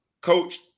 coach